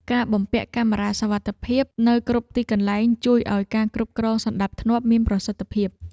ការបំពាក់កាមេរ៉ាសុវត្ថិភាពនៅគ្រប់ទីកន្លែងជួយឱ្យការគ្រប់គ្រងសណ្តាប់ធ្នាប់មានប្រសិទ្ធភាព។